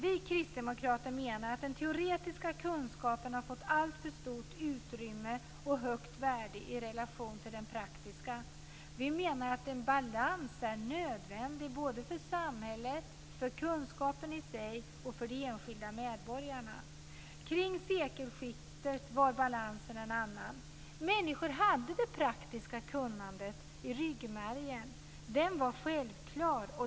Vi kristdemokrater menar att den teoretiska kunskapen har fått alltför stort utrymme och högt värde i relation till den praktiska. Vi menar att en balans är nödvändig både för samhället, för kunskapen i sig och för de enskilda medborgarna. Kring sekelskiftet var balansen en annan. Människor hade det praktiska kunnandet i ryggmärgen. Det var självklart.